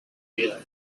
wear